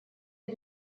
had